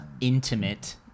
intimate